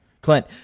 Clint